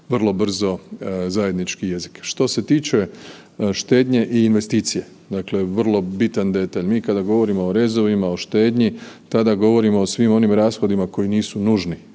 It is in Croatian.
vrlo brzo zajednički jezik. Što se tiče štednje i investicije, dakle vrlo bitan detalj, mi kada govorimo o rezovima o štednji, tada govorimo o svim onim rashodima koji nisu nužni,